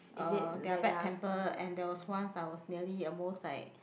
uh they are bad temper and there was one are was nearly almost like